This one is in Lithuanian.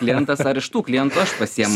klientas ar iš tų klientų aš pasiimu